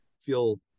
feel